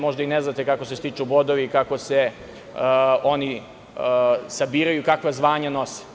Možda i ne znate kako se stiču bodovi, kako se oni sabiraju, kakva zvanja nose.